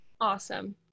awesome